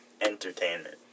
entertainment